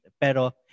Pero